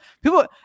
People